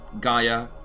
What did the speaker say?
Gaia